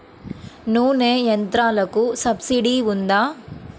నూనె యంత్రాలకు సబ్సిడీ ఉందా?